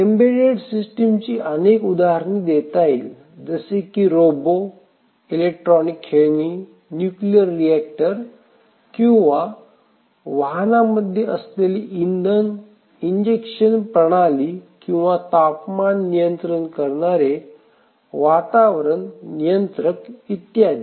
embedded सिस्टीमची अनेक उदाहरणे देता येतील जसं की रोबो इलेक्ट्रॉनिक खेळणी न्यूक्लियर रिऍक्टर किंवा वाहनांमध्ये असलेली इंधन इंजेक्शन प्रणाली किंवा तापमान नियंत्रण करणारे वातावरण नियंत्रक इत्यादी